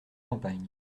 campagnes